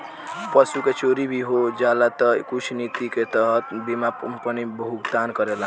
पशु के चोरी भी हो जाला तऽ कुछ निति के तहत बीमा कंपनी भुगतान करेला